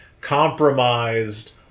compromised